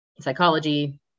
psychology